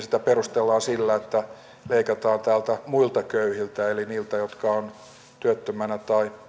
sitä perustellaan sillä että leikataan muilta köyhiltä eli niiltä jotka ovat työttöminä tai